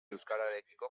euskararekiko